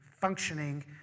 functioning